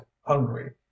hungry